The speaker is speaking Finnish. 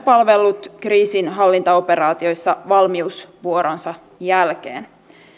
palvellut kriisinhallintaoperaatioissa valmiusvuoronsa jälkeen